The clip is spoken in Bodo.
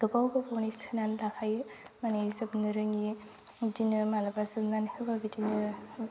गोबाव गोबावनि सोनानै लाखायो माने जोबनो रोङैनि बिदिनो माब्लाबा जोबनानै होबा बिदिनो